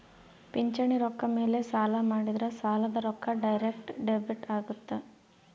ಪಿಂಚಣಿ ರೊಕ್ಕ ಮೇಲೆ ಸಾಲ ಮಾಡಿದ್ರಾ ಸಾಲದ ರೊಕ್ಕ ಡೈರೆಕ್ಟ್ ಡೆಬಿಟ್ ಅಗುತ್ತ